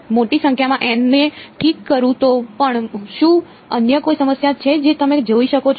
જો હું મોટી સંખ્યામાં N ને ઠીક કરું તો પણ શું અન્ય કોઈ સમસ્યા છે જે તમે જોઈ શકો છો